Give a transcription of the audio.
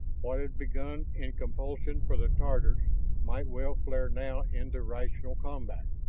what had begun in compulsion for the tatars might well flare now into rational combat